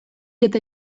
eta